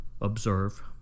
observe